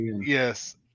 yes